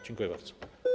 Dziękuję bardzo.